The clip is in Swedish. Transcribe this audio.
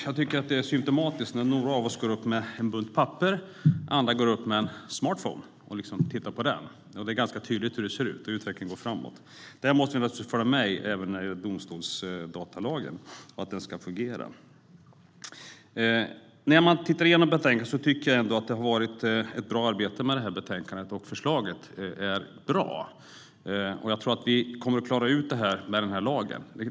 Jag tycker att det är symtomatiskt att några av oss går upp i talarstolen med en bunt papper, andra med en smartphone. Det är ganska tydligt hur det ser ut. Utvecklingen går framåt, och vi måste naturligtvis följa med i den även när det gäller domstolsdatalagen, så att den fungerar. Jag tycker att det har gjorts ett bra arbete med det här betänkandet. Förslaget är bra. Jag tror att vi kommer att klara ut detta med den här lagen.